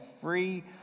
Free